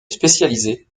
spécialisée